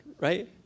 right